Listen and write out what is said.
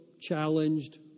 challenged